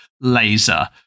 laser